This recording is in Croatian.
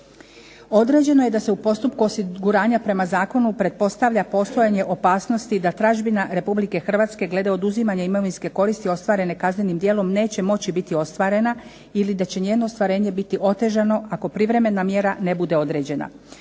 Određeno je da se u postupku osiguranja prema zakonu pretpostavlja postojanje opasnosti da tražbina Republike Hrvatske glede oduzimanja imovinske koristi ostvarene kaznenim djelom ne će moći biti ostvarena ili da će njeno ostvarenje biti otežano ako privremena mjera ne bude određena.